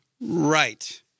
Right